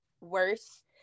worse